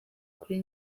kuri